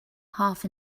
half